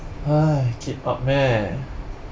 keep up meh